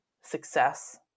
success